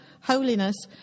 holiness